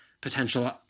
potential